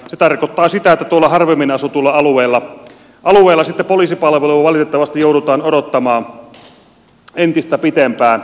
se tarkoittaa sitä että tuolla harvemmin asutuilla alueilla sitten poliisipalvelua valitettavasti joudutaan odottamaan entistä pitempään